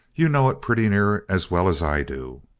you know it pretty near as well as i do.